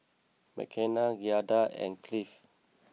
Mckenna Giada and Cliff